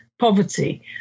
Poverty